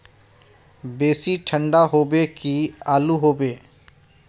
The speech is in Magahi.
बेसी ठंडा होबे की आलू होबे